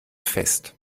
fest